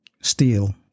steel